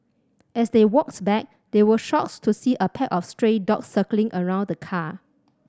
as they walked back they were shocked to see a pack of stray dogs circling around the car